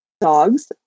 dogs